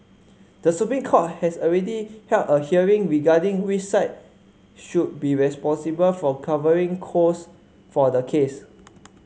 the Supreme Court has already held a hearing regarding which side should be responsible for covering cost for the case